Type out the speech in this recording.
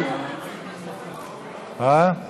הצבעה